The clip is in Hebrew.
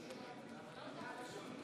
בעד הצעת החוק,